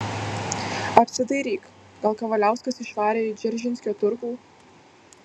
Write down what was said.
apsidairyk gal kavaliauskas išvarė į dzeržinskio turgų